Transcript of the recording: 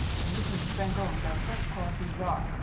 and this is ben gomes, our search quality czar.